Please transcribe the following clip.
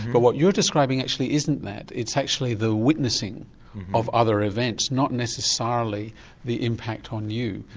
but what you're describing actually isn't that, it's actually the witnessing of other events not necessarily the impact on you.